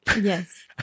Yes